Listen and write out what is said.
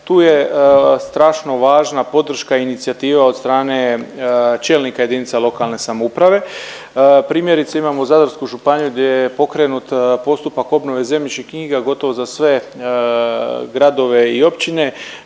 tu je strašno važna podrška i inicijativa od strane čelnika jedinice lokalne samouprave. Primjerice imamo Zadarsku županiju gdje je pokrenut postupak obnove zemljišnih knjiga gotovo za sve gradove i općine